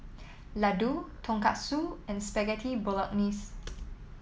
Ladoo Tonkatsu and Spaghetti Bolognese